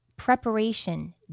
Preparation